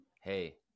Hey